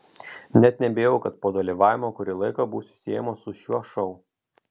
net nebijau kad po dalyvavimo kurį laiką būsiu siejama su šiuo šou